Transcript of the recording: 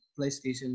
PlayStation